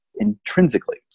intrinsically